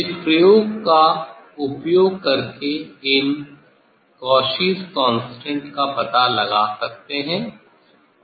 इस प्रयोग का उपयोग करके इन कॉची स्थिरांक का पता लगा सकते हैं